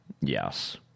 Yes